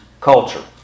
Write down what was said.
culture